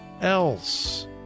else